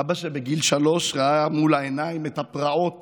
אבא שבגיל שלוש ראה מול עיניים את הפרעות